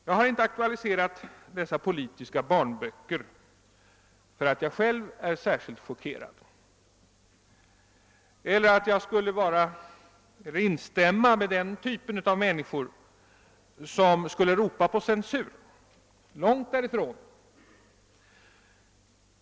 Jag har inte aktualiserat dessa politiska barnböcker, därför att jag själv skulle vara särskilt chockerad eller därför att jag skulle instämma med den typ av människor som ropar på censur, långt därifrån.